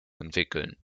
entwickeln